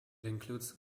includes